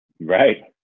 Right